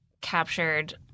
captured